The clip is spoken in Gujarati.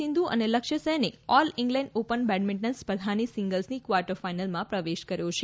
સિંધુ અને લક્ષ્યસેને ઓલ ઈંગ્લેન્ડ ઓપન બેડમીન્ટન સ્પર્ધાની સીંગ્લ્સની કવાર્ટર ફાઈનલમાં પ્રવેશ કર્યો છે